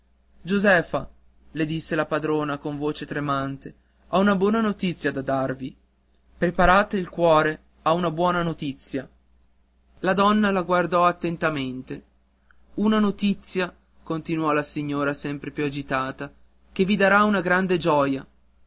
josefa le disse la padrona con la voce tremante ho una buona notizia da darvi preparate il cuore a una buona notizia la donna la guardò attentamente una notizia continuò la signora sempre più agitata che vi darà una grande gioia